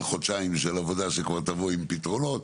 חודשיים של עבודה שכבר תבוא עם פתרונות,